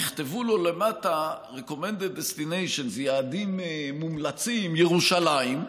יכתבו לו למטה ביעדים מומלצים ירושלים,